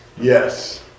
Yes